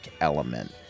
element